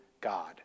God